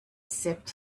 sipped